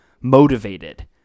motivated